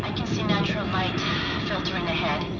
i can see natural light filtering ahead.